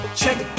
check